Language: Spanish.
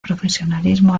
profesionalismo